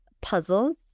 puzzles